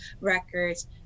records